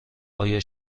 آیا